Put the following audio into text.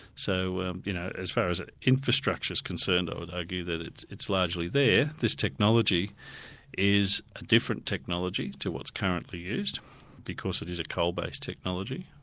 so you know as far as ah infrastructure is concerned i would argue that it's it's largely there. this technology is a different technology to what's currently used because it is a coal based technology,